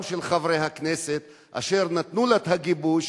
גם של חברי הכנסת אשר נתנו לה את הגיבוי,